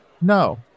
No